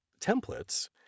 templates